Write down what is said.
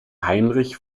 heinrich